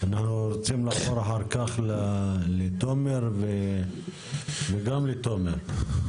אנחנו רוצים לעבור אחר כך לתומר וגם לתומר.